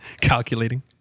Calculating